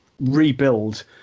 rebuild